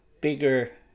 bigger